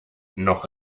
noch